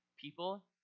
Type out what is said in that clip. people